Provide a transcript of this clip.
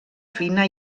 fina